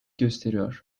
gösteriyor